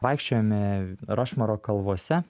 vaikščiojome rašmoro kalvose